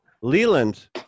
Leland